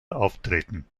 auftreten